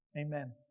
Amen